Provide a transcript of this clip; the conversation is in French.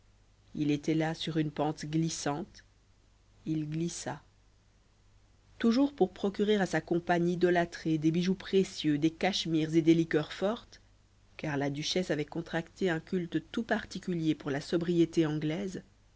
il était là sur une pente glissante il glissa toujours pour procurer à sa compagne idolâtrée des bijoux précieux des cachemires et des liqueurs fortes car la duchesse avait contracté un culte tout particulier pour la sobriété anglaise